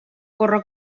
corre